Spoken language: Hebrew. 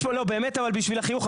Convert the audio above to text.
באמת בשביל החיוך,